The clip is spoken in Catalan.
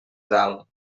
dalt